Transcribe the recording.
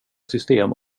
system